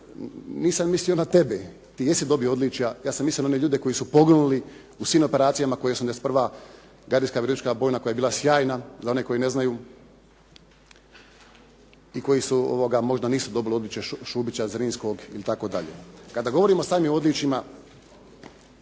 ali nisam mislio na tebe, ti jesi dobio odličja, ja sam mislio na one ljude koji su poginuli u svim operacijama koje je 81. gardijska … /Govornik se ne razumije./ … koja je bila sjajna, za one koje ne znaju i koji možda nisu dobili odličje "Šubića", "Zrinskog" i tako dalje. Kada govorimo o samim odličjima,